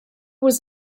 was